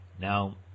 Now